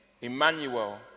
Emmanuel